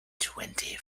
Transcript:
twenty